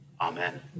amen